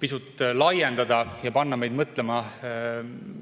pisut laiendada ja panna meid mõtlema